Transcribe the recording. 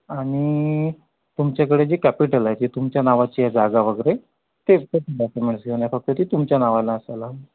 आणि तुमच्याकडे जे कॅपिटल आहे जे तुमच्या नावाची आहे जागा वगैरे तेच तेच डॉक्युमेंट्स घेऊन या फक्त ते तुमच्या नावानं असायला हवं